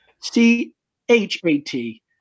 C-H-A-T